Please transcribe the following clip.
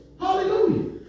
Hallelujah